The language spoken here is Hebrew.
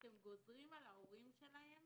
אתם גוזרים על ההורים שלהם